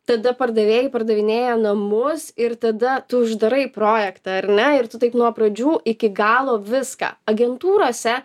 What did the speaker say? tada pardavėjai pardavinėja namus ir tada tu uždarai projektą ar ne ir tu taip nuo pradžių iki galo viską agentūrose